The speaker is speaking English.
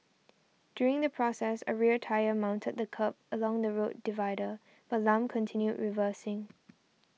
during the process a rear tyre mounted the kerb along the road divider but Lam continued reversing